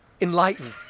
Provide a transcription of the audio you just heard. enlighten